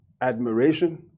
admiration